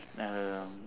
not very long